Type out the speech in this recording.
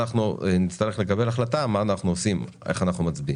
אנחנו עושים ואיך אנחנו מצביעים.